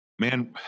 Man